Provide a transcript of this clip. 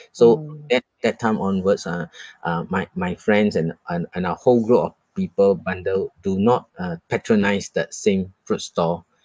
so at that time onwards ah uh my my friends and and and our whole group of people bundle do not uh patronise that same fruit stall